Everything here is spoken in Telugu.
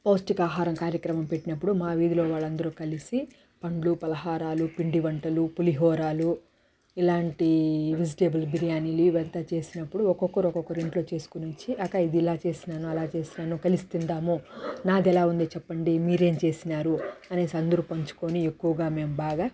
పౌష్టికాహారం కార్యక్రమం పెట్టినప్పుడు మా వీధిలో వాళ్ళందరు కలిసి పండ్లు ఫలహారాలు పిండివంటలు పులిహోరలు ఇలాంటి వెజిటేబుల్ బిర్యానీ ఇవి అంతా చేసినప్పుడు ఒక్కొక్కరు ఒక్కొక్క ఇంట్లో చేసుకొని వచ్చి అక్క ఇది ఇలా చేశాను అలా చేశాను కలిసి తిందాము నాది ఎలా ఉంది చెప్పండి మీరేం చేసినారు అని అందరు పంచుకొని ఎక్కువగా మేము బాగా